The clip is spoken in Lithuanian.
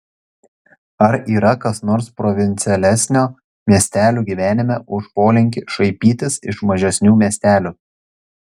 ar yra kas nors provincialesnio miestelių gyvenime už polinkį šaipytis iš mažesnių miestelių